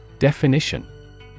Definition